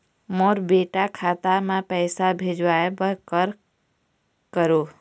मोर बेटा खाता मा पैसा भेजवाए बर कर करों?